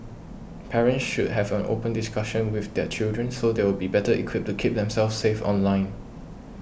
parents should have an open discussion with their children so they'll be better equipped to keep themselves safe online